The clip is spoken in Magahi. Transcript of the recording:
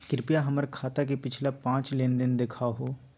कृपया हमर खाता के पिछला पांच लेनदेन देखाहो